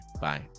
bye